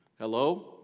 Hello